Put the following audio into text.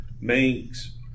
makes